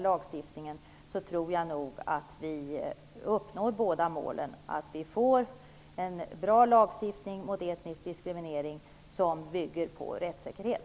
Jag tror att man därmed uppnår båda målen, att vi får en bra lagstiftning mot etnisk diskriminering och en lagstiftning som bygger på rättssäkerhet.